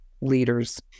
leaders